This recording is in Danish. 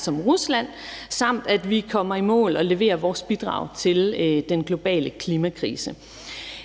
som Rusland, samt at vi kommer i mål og leverer vores bidrag i forhold til den globale klimakrise.